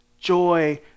joy